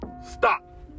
Stop